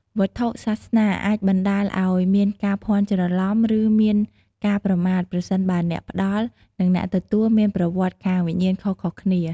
វត្ថុសាសនាអាចបណ្តាលឱ្យមានការភ័ន្តច្រឡំ ឬមានការប្រមាថ ប្រសិនបើអ្នកផ្តល់ និងអ្នកទទួលមានប្រវត្តិខាងវិញ្ញាណខុសៗគ្នា។